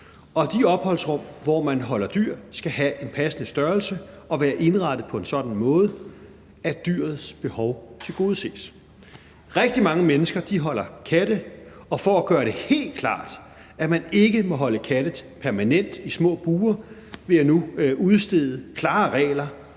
og de opholdsrum, hvor man holder dyr, skal have en passende størrelse og være indrettet på en sådan måde, at dyrets behov tilgodeses. Rigtig mange mennesker holder katte, og for at gøre det helt klart, at man ikke må holde katte permanent i små bure, vil jeg nu udstede klare regler